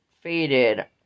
faded